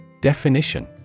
Definition